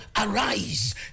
arise